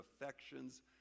affections